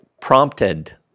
prompted